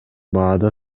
баада